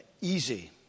easy